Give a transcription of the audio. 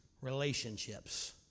relationships